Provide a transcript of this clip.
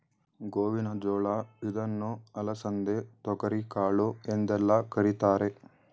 ಗೋವಿನ ಜೋಳ ಇದನ್ನು ಅಲಸಂದೆ, ತೊಗರಿಕಾಳು ಎಂದೆಲ್ಲ ಕರಿತಾರೆ